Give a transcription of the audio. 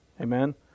Amen